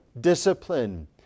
discipline